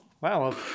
Wow